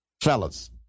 Fellas